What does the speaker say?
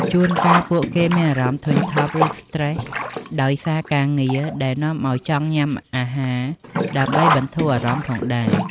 ជួនកាលពួកគេមានអារម្មណ៍ធុញថប់ ឬស្ត្រេសដោយសារការងារ ដែលនាំឱ្យចង់ញ៉ាំអាហារដើម្បីបន្ធូរអារម្មណ៍ផងដែរ។